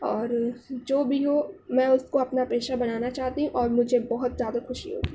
اور جو بھی ہو میں اس کو اپنا پیشہ بنانا چاہتی ہوں اور مجھے بہت زیادہ خوشی ہوگی